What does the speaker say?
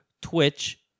Twitch